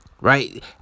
right